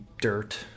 dirt